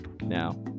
now